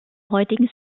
heutigen